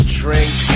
drink